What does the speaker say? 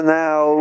now